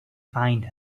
find